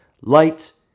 Light